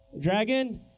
Dragon